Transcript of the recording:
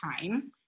time